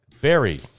Barry